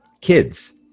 kids